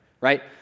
right